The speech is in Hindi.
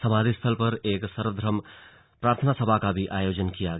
समाधि स्थल पर एक सर्वधर्म प्रार्थना सभा का भी आयोजन किया गया